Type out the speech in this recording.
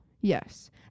Yes